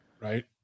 Right